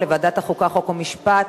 לדיון מוקדם בוועדה שתקבע ועדת הכנסת נתקבלה.